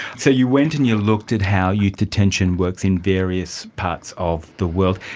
so you went and you looked at how youth detention works in various parts of the world.